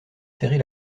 serrer